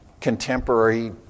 contemporary